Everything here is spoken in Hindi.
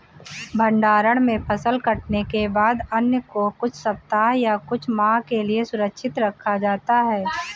भण्डारण में फसल कटने के बाद अन्न को कुछ सप्ताह या कुछ माह के लिये सुरक्षित रखा जाता है